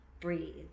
breathe